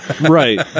Right